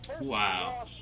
Wow